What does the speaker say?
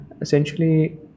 Essentially